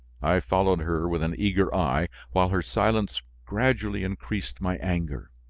i followed her with an eager eye, while her silence gradually increased my anger.